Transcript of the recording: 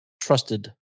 trusted